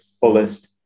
fullest